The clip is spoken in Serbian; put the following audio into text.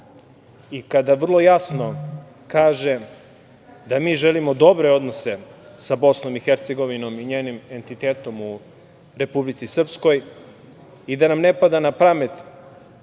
i kada vrlo jasno kaže da mi želimo dobre odnose sa Bosnom i Hercegovinom i njenim entitetom u Republici Srpskoj i da nam ne pada na pamet